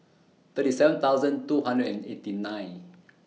thirty seven thousand two hundred and eighty nine